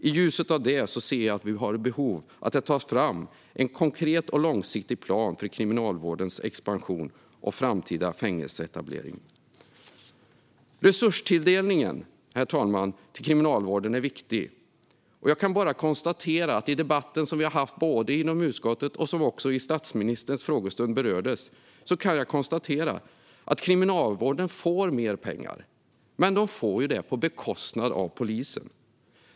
I ljuset av detta finns behov av att det tas fram en konkret och långsiktig plan för Kriminalvårdens expansion och framtida fängelseetablering. Herr talman! Resurstilldelningen till Kriminalvården är viktig. Jag kan bara konstatera att vi i utskottet har debatterat - frågan berördes även under statsministerns frågestund - att Kriminalvården får mer pengar men på bekostnad av polisen.